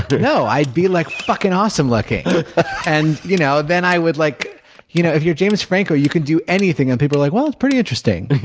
no, i'd be like fucking awesome looking and you know then i would, like you know if you're james franco, you could do anything and people are like, well, it's pretty interesting.